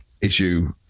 issue